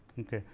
ok.